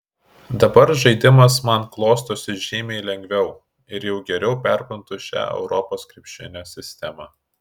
dabar žaidimas man klostosi žymiai lengviau ir jau geriau perprantu šią europos krepšinio sistemą